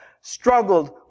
struggled